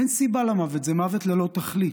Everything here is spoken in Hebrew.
אין סיבה למוות, זה מוות ללא תכלית.